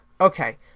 Okay